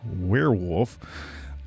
werewolf